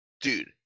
Dude